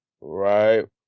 right